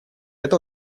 это